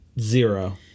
Zero